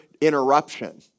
interruption